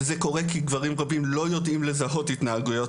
וזה קורה כי גברים רבים לא יודעים לזהות התנהגויות